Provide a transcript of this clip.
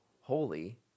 holy